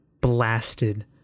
blasted